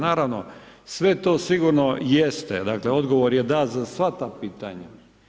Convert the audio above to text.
Naravno, sve to sigurno jeste, dakle odgovor je da za sva ta pitanja.